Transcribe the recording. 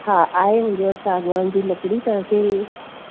हा आहे मुंहिंजो साॻवान जी लकिड़ी तव्हांखे